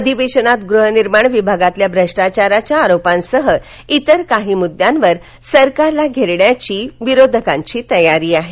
अधिवेशनात गृहनिर्माण विभागातील भ्रष्टाचाराच्या आरोपांसह इतर काही मुद्द्यांवर सरकारला घेरण्याची तयारी विरोधकांनी चालवली आहे